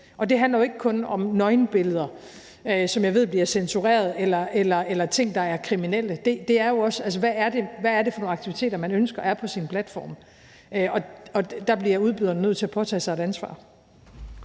Det handler jo ikke kun om nøgenbilleder, som jeg ved bliver censureret, eller om ting, der er kriminelle. Det er jo også, hvad det er for nogle aktiviteter, man ønsker der skal være på ens platform. Og der bliver udbyderne nødt til at påtage sig et ansvar.